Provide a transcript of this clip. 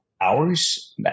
hours